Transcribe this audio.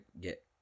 get